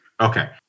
Okay